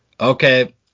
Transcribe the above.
Okay